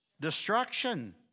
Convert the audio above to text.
Destruction